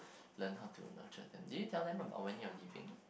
learn how to matured them do you tell them about when you're leaving